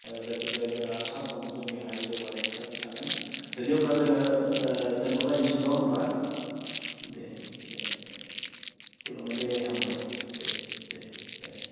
जायखिजाया जोंहा सानफ्रोमबो जोंनि हारि जौगानाय खोथाखौ सानगोन दिनै अब्ला जोङो दोन्थ'लायनोसै नङा होनबा देह देह खुलुमबाय दे हामबाय देह देह देह